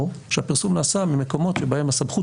או שהפרסום נעשה ממקומות שבהם הסמכות